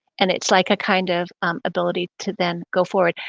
and it's like a kind of ability to then go forward.